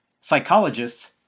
psychologists